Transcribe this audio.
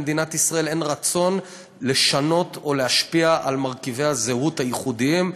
למדינת ישראל אין רצון לשנות או להשפיע על מרכיבי הזהות הייחודיים.